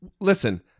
Listen